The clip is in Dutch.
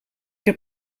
heb